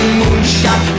moonshot